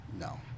No